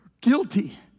Guilty